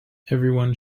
everyone